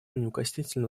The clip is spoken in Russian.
неукоснительно